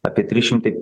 apie trys šimtai